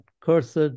cursed